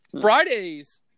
Fridays